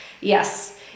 Yes